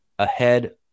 ahead